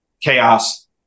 chaos